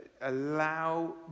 allow